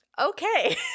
Okay